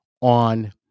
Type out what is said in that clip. on